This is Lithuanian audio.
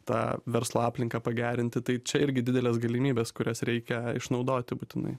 tą verslo aplinką pagerinti tai čia irgi didelės galimybės kurias reikia išnaudoti būtinai